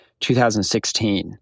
2016